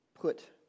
put